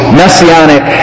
messianic